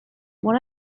one